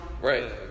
Right